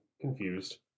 Confused